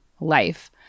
life